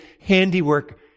handiwork